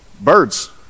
Birds